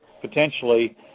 potentially